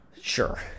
Sure